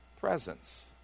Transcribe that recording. presence